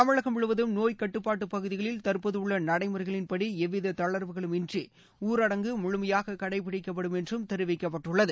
தமிழகம் முழுவதும் நோய் கட்டுப்பாட்டு பகுதிகளில் தற்போது உள்ள நடைமுறைகளின் படி எவ்வித தளர்வுகளும் இன்றி ஊரடங்கு முழுமையாக கடைபிடிக்கப்படும் என்று தெரிவிக்கப்பட்டுள்ளது